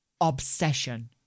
obsession